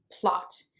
plot